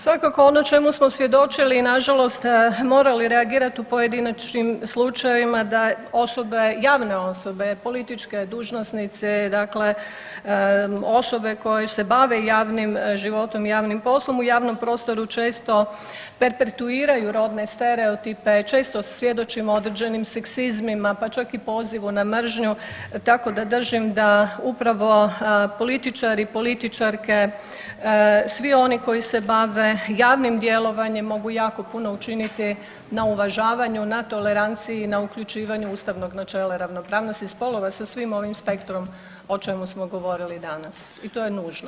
Svakako ono čemu smo svjedočili na žalost morali reagirati u pojedinačnim slučajevima, da javne osobe, politički dužnosnici dakle osobe koje se bave javnim životom, javnim poslom u javnom prostoru često perpetuiraju rodne stereotipe, često svjedočimo određenim seksizmima, pa čak i pozivu na mržnju, tako da držim da upravo političari i političarke, svi oni koji se bave javnim djelovanjem mogu jako puno učiniti na uvažavanju, na toleranciji, na uključivanju ustavnog načela ravnopravnosti spolova sa svim ovim spektrom o čemu smo govorili danas i to je nužno.